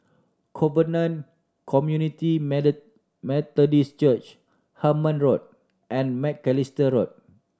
Covenant Community Methodist Church Hemmant Road and Macalister Road